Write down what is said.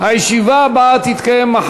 לוועדת הפנים.